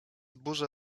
burzę